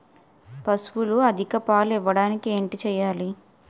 పశువులు అధిక పాలు ఇవ్వడానికి ఏంటి చేయాలి